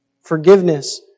Forgiveness